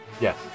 Yes